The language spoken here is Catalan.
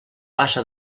passa